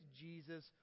Jesus